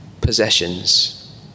Possessions